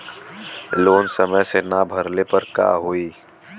Loan समय से ना भरले पर का होयी?